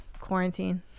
quarantine